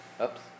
Oops